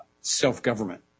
self-government